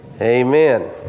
Amen